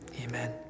amen